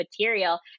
material